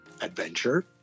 adventure